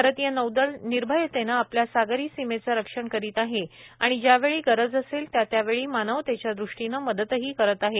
भारतीय नौदल निर्भयतेने आपल्या सागरी सीमेचं रक्षण करीत आहे आणि ज्यावेळी गरज असेल त्या त्या वेळी मानवतेच्या दृष्टीनं मदतही करीत आहे